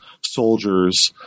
soldiers